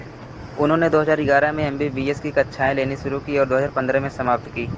उन्होंने दो हज़ार ग्यारह में एम बी बी एस की कक्षाएँ लेनी शुरू की और दो हज़ार पंद्रह में समाप्त की